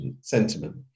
sentiment